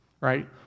Right